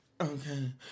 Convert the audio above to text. Okay